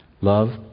Love